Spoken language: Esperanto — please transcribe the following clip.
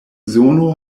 zono